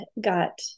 got